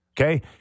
Okay